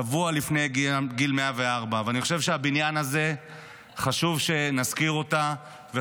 שבוע לפני גיל 104. חשוב שנזכיר אותה בבניין הזה,